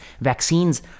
Vaccines